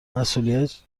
مسئولیت